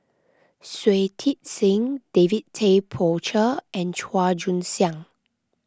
Shui Tit Sing David Tay Poey Cher and Chua Joon Siang